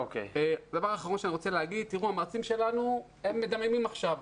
המרצים שלנו מדממים עכשיו.